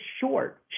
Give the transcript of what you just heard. short